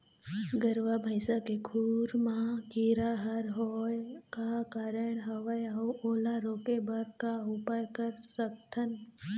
गरवा भैंसा के खुर मा कीरा हर होय का कारण हवए अऊ ओला रोके बर का उपाय कर सकथन?